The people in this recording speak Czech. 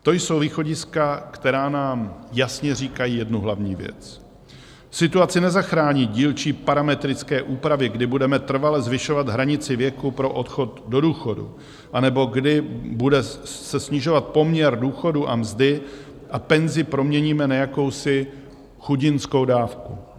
To jsou východiska, která nám jasně říkají jednu hlavní věc: situaci nezachrání dílčí parametrické úpravy, kdy budeme trvale zvyšovat hranici věku pro odchod do důchodu anebo kdy se bude snižovat poměr důchodu a mzdy a penzi proměníme na jakousi chudinskou dávku.